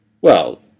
Well